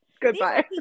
goodbye